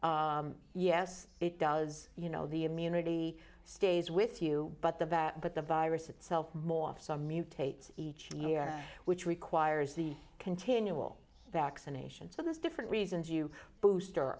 things yes it does you know the immunity stays with you but the but the virus itself more of some mutates each year which requires the continual vaccination so there's different reasons you booster